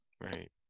Right